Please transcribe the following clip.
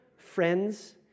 friends